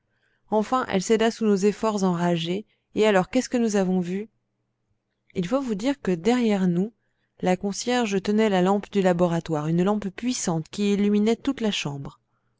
enfin elle céda sous nos efforts enragés et alors qu'est-ce que nous avons vu il faut vous dire que derrière nous la concierge tenait la lampe du laboratoire une lampe puissante qui illuminait toute la chambre